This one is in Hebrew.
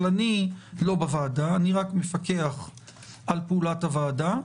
אבל אני לא בוועדה, אני רק מפקח על פעולת הוועדה.